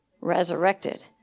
Resurrected